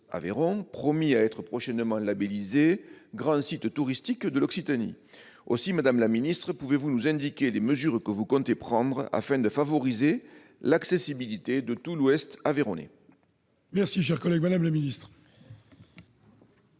l'ouest-Aveyron, promis à être prochainement labellisé « Grand site touristique de l'Occitanie ». Aussi, madame la ministre, pouvez-vous nous indiquer les mesures que vous comptez prendre afin de favoriser l'accessibilité de tout l'ouest aveyronnais ? La parole est à Mme la ministre